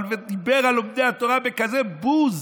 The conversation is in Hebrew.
אבל הוא דיבר על לומדי התורה בכזה בוז,